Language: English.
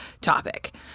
topic